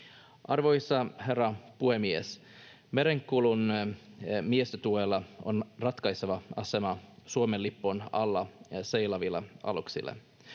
Arvoisa herra puhemies! Merenkulun miehistötuella on ratkaiseva asema Suomen lipun alla seilaaville aluksille.